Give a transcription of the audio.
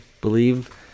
believe